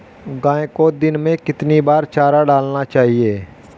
गाय को दिन में कितनी बार चारा डालना चाहिए?